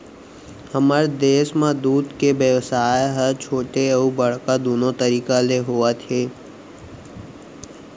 हमर देस म दूद के बेवसाय ह छोटे अउ बड़का दुनो तरीका ले होवत हे